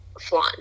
flan